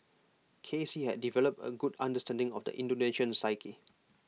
K C had developed A good understanding of the Indonesian psyche